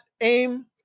aim